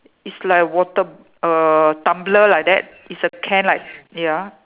is like water err tumbler like that it's a can like ya